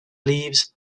leaves